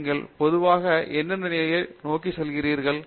நீங்கள் பொதுவாக என்ன நிலைகளை நோக்கி செல்கிறீர்கள்